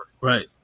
Right